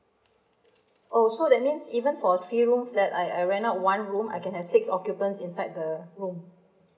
oh so that means even for three room flat I I rent out one room I can have six occupants inside the room